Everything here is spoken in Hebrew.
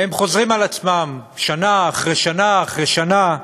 הם חוזרים על עצמם, שנה אחרי שנה אחרי שנה.